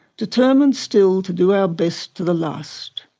determined still to do our best to the last.